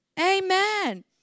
Amen